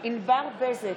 ענבר בזק,